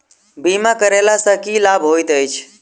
बीमा करैला सअ की लाभ होइत छी?